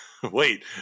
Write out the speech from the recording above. Wait